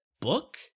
book